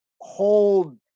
hold